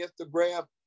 Instagram